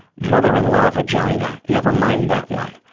mother-in-law vagina, never mind that one.